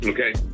Okay